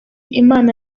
imana